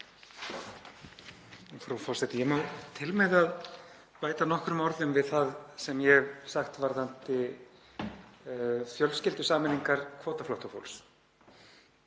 Frú forseti. Ég má til með að bæta nokkrum orðum við það sem ég hef sagt varðandi fjölskyldusameiningar kvótaflóttafólks.